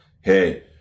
hey